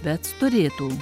bet storėtų